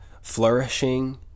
flourishing